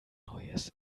neues